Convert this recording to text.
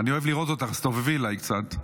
אני אוהב לראות אותך, תסתובבי אליי קצת.